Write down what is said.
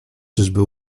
czyżby